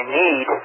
need